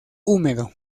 húmedo